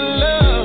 love